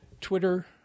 Twitter